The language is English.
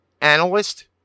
analyst